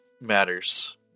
matters